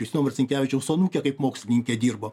justino marcinkevičiaus anūkė kaip mokslininkė dirba